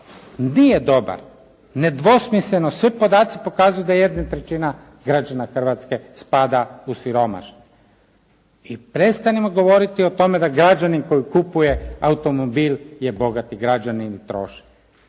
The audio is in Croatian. nije dobar. Nedvosmisleno svi podaci pokazuju da jedna trećina građana Hrvatske spada u siromašne. I prestanimo govoriti o tome da građanin koji kupuje automobil je bogati građanin i troši.